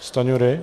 Stanjury?